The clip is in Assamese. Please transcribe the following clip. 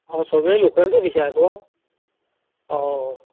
অঁ চবেই লোকেলটো বিচাৰে আকৌ অঁ